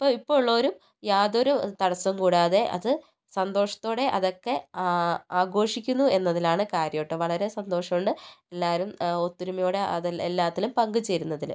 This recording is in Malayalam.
ഇപ്പോൾ ഉള്ളവരും യാതൊരു തടസവും കൂടാതെ അത് സന്തോഷത്തോടെ അതൊക്കെ ആഘോഷിക്കുന്നു എന്നതിലാണ് കാര്യം കേട്ടോ വളരെ സന്തോഷമുണ്ട് എല്ലാവരും ഒത്തൊരുമയോടെ അത് എല്ലാത്തിലും പങ്കുചേരുന്നതില്